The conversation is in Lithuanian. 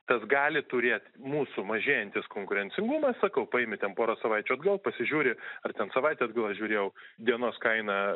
tas gali turėt mūsų mažėjantis konkurencingumas sakau paimi ten porą savaičių atgal pasižiūri ar ten savaitę atgal aš žiūrėjau dienos kaina